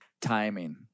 timing